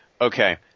Okay